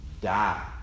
die